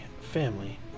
family